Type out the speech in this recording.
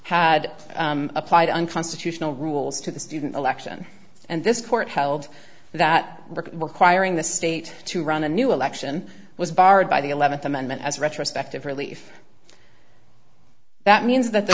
had applied unconstitutional rules to the student election and this court held that requiring the state to run a new election was barred by the eleventh amendment as retrospective relief that means that th